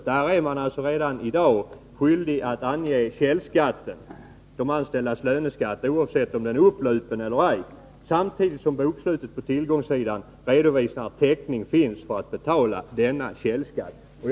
I Norge är man redan i dag skyldig att ange de anställdas källskatt, oavsett om den är upplupen eller ej, samtidigt som bokslutet på tillgångssidan redovisar att täckning för att betala denna källskatt finns.